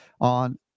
on